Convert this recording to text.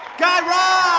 guy raz.